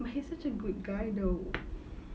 but he's such a good guy though